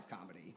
comedy